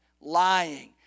lying